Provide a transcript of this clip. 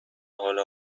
حال